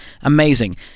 Amazing